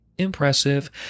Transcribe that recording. Impressive